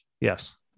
Yes